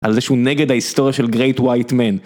על זה שהוא נגד ההיסטוריה של גרייט ווייט מן.